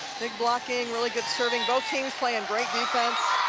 big blocking, really good serving, both teams playing great defense.